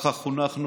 ככה חונכנו,